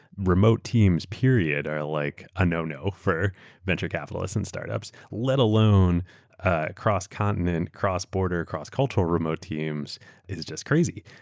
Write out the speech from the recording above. remote teams period are like a no-no for venture capitalists and startups, let alone cross-continent, cross-border, cross-cultural remote teams is just crazy,